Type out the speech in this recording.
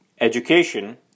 Education